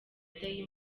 day